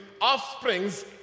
offsprings